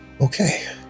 Okay